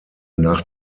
nach